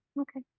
Okay